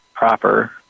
Proper